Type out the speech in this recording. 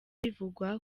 bivugwa